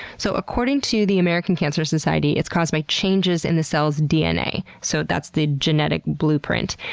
so according to the american cancer society, it's caused by changes in the cell's dna, so that's the genetic blueprint.